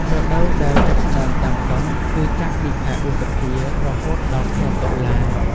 រដូវដែលចាប់ផ្តើមដាំដុះ គឺចាប់ពីខែឧសភា រហូតដល់ខែតុលា។